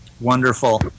Wonderful